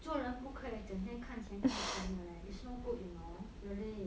做人不可整天看钱看钱得嘞 it's no good you know really